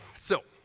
so,